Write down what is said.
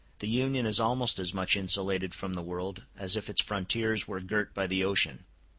the union is almost as much insulated from the world as if its frontiers were girt by the ocean.